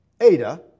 Ada